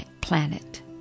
planet